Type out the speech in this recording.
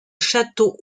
château